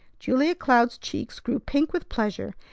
julia cloud's cheeks grew pink with pleasure,